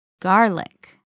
Garlic